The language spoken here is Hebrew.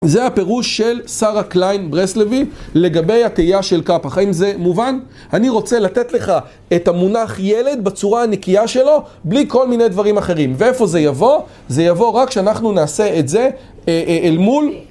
זה הפירוש של שרה קליין ברסלבי לגבי התהייה של קאפח. האם זה מובן? אני רוצה לתת לך את המונח ילד בצורה הנקייה שלו, בלי כל מיני דברים אחרים. ואיפה זה יבוא? זה יבוא רק כשאנחנו נעשה את זה אל מול.